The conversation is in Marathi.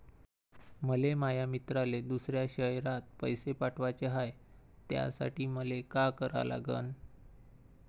मले माया मित्राले दुसऱ्या शयरात पैसे पाठवाचे हाय, त्यासाठी मले का करा लागन?